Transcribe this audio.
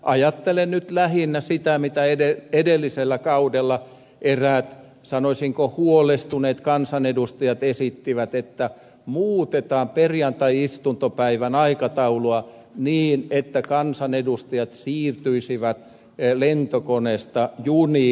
ajattelen nyt lähinnä sitä mitä edellisellä kaudella eräät sanoisinko huolestuneet kansanedustajat esittivät että muutetaan perjantai istunnon aikataulua niin että kansanedustajat siirtyisivät lentokoneista juniin